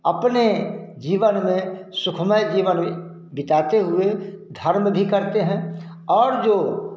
अपने जीवन में सुखमय जीवन बि बिताते हुए धर्म भी करते हैं और जो